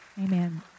Amen